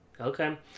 okay